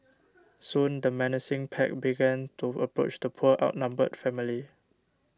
soon the menacing pack began to approach the poor outnumbered family